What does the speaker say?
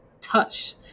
touch